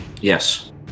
Yes